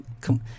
Come